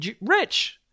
rich